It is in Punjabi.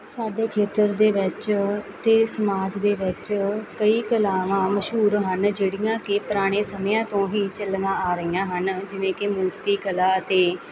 ਸਾਡੇ ਖੇਤਰ ਦੇ ਵਿੱਚ ਅਤੇ ਸਮਾਜ ਦੇ ਵਿੱਚ ਕਈ ਕਲਾਵਾਂ ਮਸ਼ਹੂਰ ਹਨ ਜਿਹੜੀਆਂ ਕਿ ਪੁਰਾਣੇ ਸਮਿਆਂ ਤੋਂ ਹੀ ਚੱਲੀਆਂ ਆ ਰਹੀਆਂ ਹਨ ਜਿਵੇਂ ਕਿ ਮੂਰਤੀ ਕਲਾ ਅਤੇ